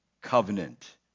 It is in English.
covenant